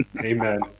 Amen